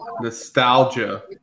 Nostalgia